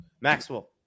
Maxwell